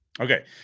Okay